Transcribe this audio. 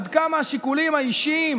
עד כמה השיקולים האישיים,